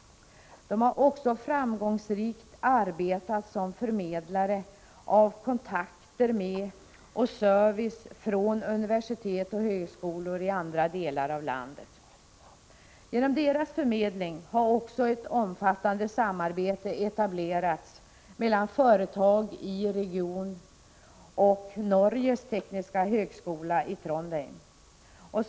De har också framgångsrikt arbetat som förmedlare när det gäller kontakter med och service från universitet och högskolor i andra delar av landet. Genom deras förmedling har också ett omfattande samarbete etablerats mellan företag i regionen och Norges tekniska högskola i Trondheim.